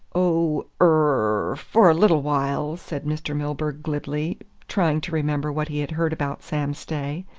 oh er for a little while, said mr. milburgh glibly, trying to remember what he had heard about sam stay.